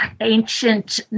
ancient